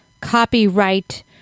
copyright